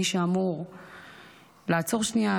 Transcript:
מי שאמור לעצור שנייה,